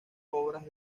obras